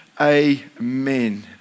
amen